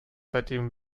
seitdem